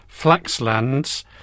Flaxlands